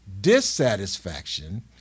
dissatisfaction